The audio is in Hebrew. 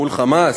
מול "חמאס"?